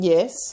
Yes